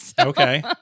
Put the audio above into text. Okay